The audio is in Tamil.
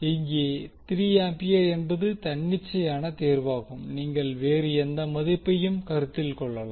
இங்கே 3 ஆம்பியர் என்பது தன்னிச்சையான தேர்வாகும் நீங்கள் வேறு எந்த மதிப்பையும் கருத்திக்கொள்ளலாம்